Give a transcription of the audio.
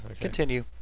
Continue